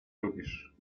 lubisz